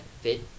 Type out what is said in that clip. fit